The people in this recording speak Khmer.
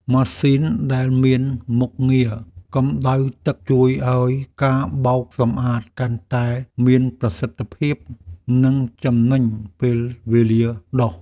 ម៉ាស៊ីនដែលមានមុខងារកម្តៅទឹកជួយឱ្យការបោកសម្អាតកាន់តែមានប្រសិទ្ធភាព និងចំណេញពេលវេលាដុស។